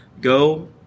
Go